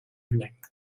evening